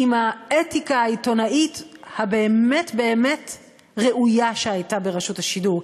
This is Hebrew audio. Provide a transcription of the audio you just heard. עם האתיקה העיתונאית הראויה באמת באמת שהייתה ברשות השידור.